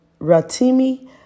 Ratimi